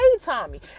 Tommy